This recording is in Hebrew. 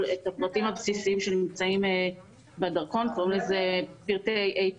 את הפרטים הבסיסיים שנמצאים בדרכון קוראים לזה פרטי API